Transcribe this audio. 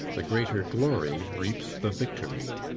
the greater glory reaps the victory.